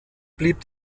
blieb